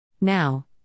Now